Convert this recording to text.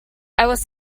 was